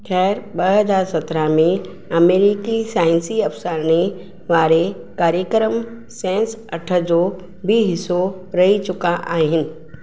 ख़ैरु ॿ हज़ार सत्रहं में अमरीकी साईंसी अफ़सानी वारे कार्यक्रम सैंस अठ जो बि हिसो रही चुका आहिनि